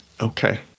Okay